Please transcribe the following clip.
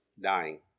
dying